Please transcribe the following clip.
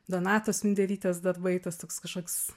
donatos minderytės darbai tas toks kažkoks